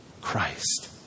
Christ